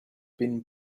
been